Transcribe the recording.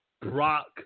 Brock